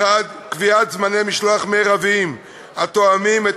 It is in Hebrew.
1. קביעת זמני משלוח מרביים התואמים את